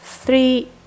Three